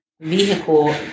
vehicle